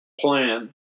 plan